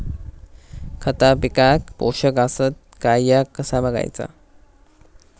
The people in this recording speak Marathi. खता पिकाक पोषक आसत काय ह्या कसा बगायचा?